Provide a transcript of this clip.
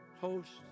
hosts